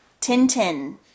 Tintin